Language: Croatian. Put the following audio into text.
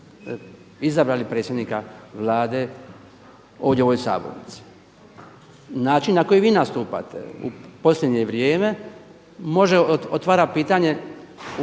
izabrali predsjednika Vlade ovdje u ovoj sabornici. Način na koji vi nastupate u posljednje vrijeme otvara pitanje